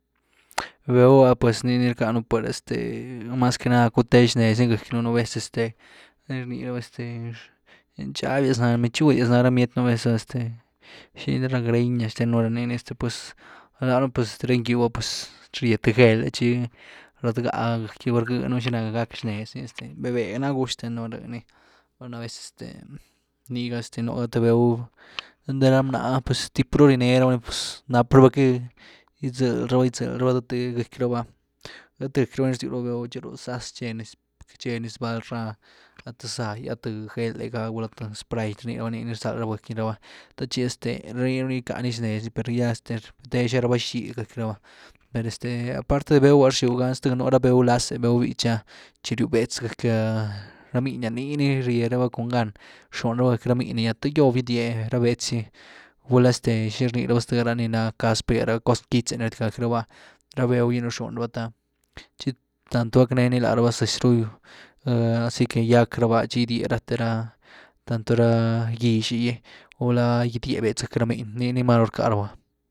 Béhew ah pues nii ni rckanu pues este mas que nada par cwéte xnez ni gëckynu nu vez este rni raba este nxabyas na, mechudyas ná ra bmietynú vez’ah este xini la, rá greñas xtenu, ranii ni este pues, danuun pues rá ngý’w ah pues rye th géele tchi ratgáa gëcky raba rgwy nú xina gack xnez ny, este véh-véh ná gust xtennu ruba nes nú ves etse nii ga este, nú th béhew, einty ra bnáh ‘ah pus tip ru nienee raba ni pzs náp raba que gýtzëly raba gýtzëly rabá, dëtë gëgky raba ni rzyw raba béhew chiru zas cheni- cheni zbál ra ah th zágy a th géle ga, gulá th srpay rnii rabánii ni rzal raba gëcky raba te chi este rëh ruu nii gycá ni xnez ni per ya de rbété xgá zy raba bxidy gëcky raba per este aparte de béhew’ah rxiw gany zth nú ra béhew láz’e béhew bítchy tchi ryw bétz gëky rá minni’ah nii ni rye raba cungáan rxun raba gëcky ra miny’gy te gýob gydie rá bétz, gygulá este xini rni raba ztë’ah nii na casp ra cos quítz’e ni rdi ca gëky raba, ra béhew gi ni rzuny raba ni, thë tchi, tanto gacknee ni laraba zëzyas ru asi que gýack raba tchi gydie rate ra tanto ra gýx’y gy gulá gyde bétz gëcky rá miny, nii ni máru rcka raba.